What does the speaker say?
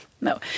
No